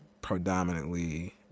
predominantly